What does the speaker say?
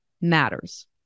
matters